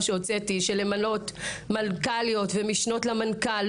שהוצאתי למנות מנכ"ליות ומשנות למנכ"ל,